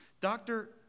Doctor